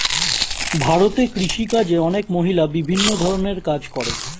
ভারতে কৃষিকাজে অনেক মহিলা বিভিন্ন ধরণের কাজ করে